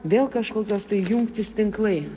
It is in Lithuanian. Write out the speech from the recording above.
vėl kažkokios tai jungtys tinklai